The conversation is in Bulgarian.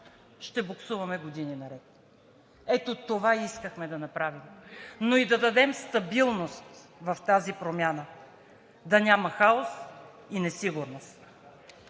ще буксуваме години наред. Ето това искахме да направим, но и да дадем стабилност в тази промяна, да няма хаос и несигурност.